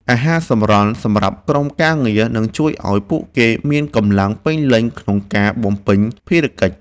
អាហារសម្រន់សម្រាប់ក្រុមការងារនឹងជួយឱ្យពួកគេមានកម្លាំងពេញលេញក្នុងការបំពេញភារកិច្ច។